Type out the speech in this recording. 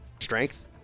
strength